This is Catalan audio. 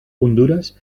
hondures